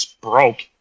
broke